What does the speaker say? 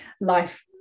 life